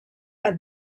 bat